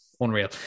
Unreal